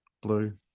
blue